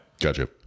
Gotcha